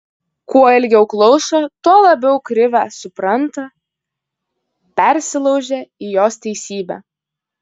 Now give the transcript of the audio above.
kuo ilgiau klauso tuo labiau krivę supranta persilaužia į jos teisybę